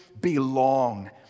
belong